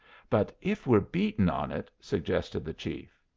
but if we're beaten on it suggested the chief.